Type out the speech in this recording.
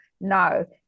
no